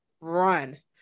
run